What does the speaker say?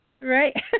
Right